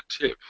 tip